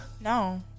No